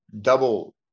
double